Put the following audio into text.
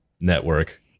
network